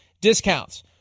discounts